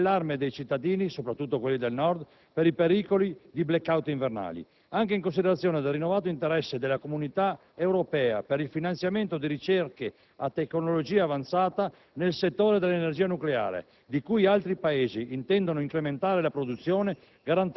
ed all'allarme dei cittadini, soprattutto quelli del Nord, per i pericoli di *blackout* invernali, anche in considerazione del rinnovato interesse della Comunità Europea per il finanziamento di ricerche a tecnologia avanzata nel settore dell'energia nucleare, di cui altri Paesi intendono incrementare la produzione,